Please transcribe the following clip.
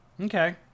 Okay